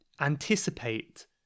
anticipate